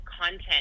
content